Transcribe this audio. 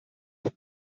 noch